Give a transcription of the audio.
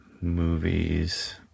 movies